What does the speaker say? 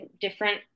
different